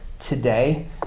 today